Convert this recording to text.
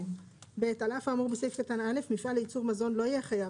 על אף האמור בסעיף קטן א' מפעל לייצור מזון לא יהיה חייב